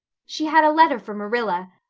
she had a letter for marilla,